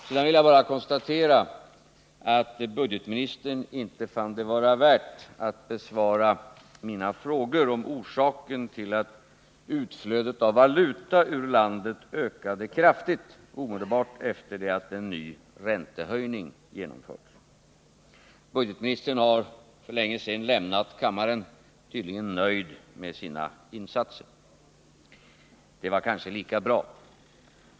Sedan vill jag bara konstatera att budgetministern inte fann det vara värt att besvara mina frågor om orsaken till att utflödet av valuta ur landet ökade kraftigt omedelbart efter det att en ny räntehöjning genomförts. Budgetministern har för länge sedan lämnat kammaren, tydligen nöjd med sina insatser. Det var kanske lika bra.